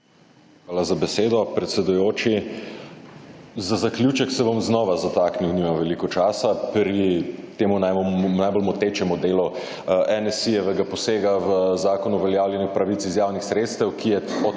Hvala za besedo, predsedujoči. Za zaključek se bom znova zataknil, nimam veliko časa, pri tem najbolj motečem delu NSi-jevega posega v Zakon o uveljavljanju pravic iz javnih sredstev, ki je